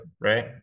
right